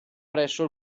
presso